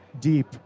deep